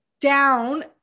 down